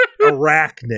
arachnid